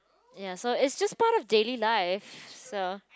ya so it's just part of daily life so